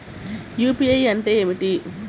UPI అంటే ఏమిటీ?